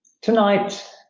tonight